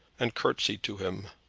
and curtseyed to him.